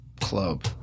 club